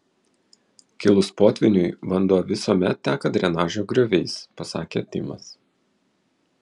kilus potvyniui vanduo visuomet teka drenažo grioviais pasakė timas